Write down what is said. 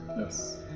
Yes